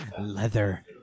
Leather